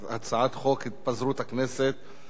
ההצעה להפוך את הצעת חוק להסדרת הפיקוח על כלבים (תיקון,